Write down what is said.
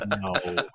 No